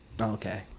Okay